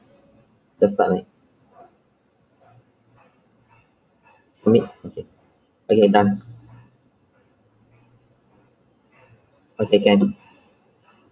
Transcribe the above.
just start only no need okay okay done okay can